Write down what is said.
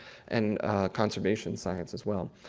and conservation science as well.